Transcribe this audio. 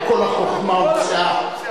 בדיוק להבטיח תחרות הוגנת.